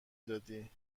دادی